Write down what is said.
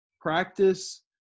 practice